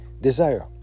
desire